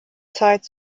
zeit